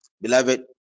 beloved